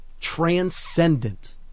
transcendent